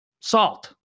Salt